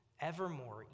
evermore